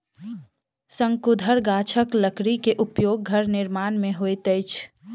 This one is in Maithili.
शंकुधर गाछक लकड़ी के उपयोग घर निर्माण में होइत अछि